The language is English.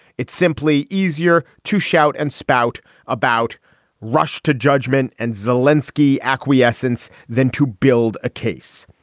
it's simply easier to shout and spout about rush to judgment and zelinsky acquiescence than to build a case.